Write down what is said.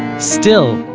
still,